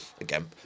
again